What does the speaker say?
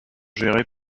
géré